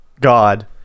God